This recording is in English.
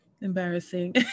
embarrassing